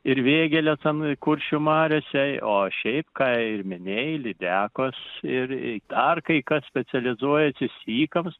ir vėgėles an kuršių mariose o šiaip ką ir minėjai lydekos ir dar kai kas specializuojasi sykams